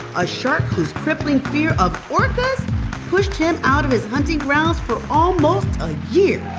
a shark whose crippling fear of orcas pushed him out of his hunting grounds for almost a year